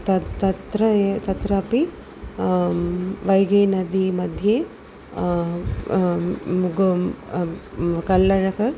तत् तत्र ए तत्रापि वैगीनदीमध्ये गोम् कल्लरक